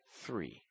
three